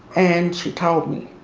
and she told me,